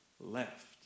left